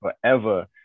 forever